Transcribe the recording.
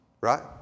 Right